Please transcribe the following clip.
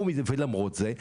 למרות זאת,